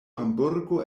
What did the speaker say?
hamburgo